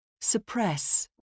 Suppress